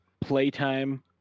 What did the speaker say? playtime